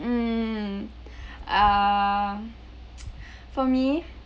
mm uh for me